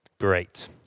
Great